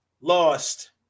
lost